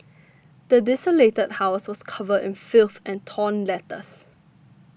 the desolated house was covered in filth and torn letters